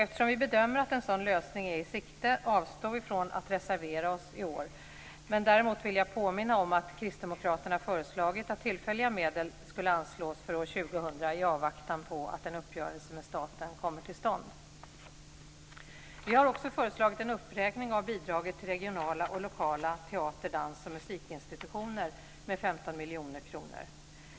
Eftersom vi bedömer att en sådan lösning är i sikte, avstår vi från att reservera oss i år. Däremot vill jag påminna om att kristdemokraterna föreslagit att tillfälliga medel skulle anslås för år 2000 i avvaktan på att en uppgörelse med staten kommer till stånd. Vi har också föreslagit en uppräkning av bidraget till regionala och lokala teater-, dans och musikinstitutioner med 15 miljoner kronor.